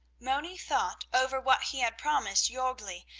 moni thought over what he had promised jorgli,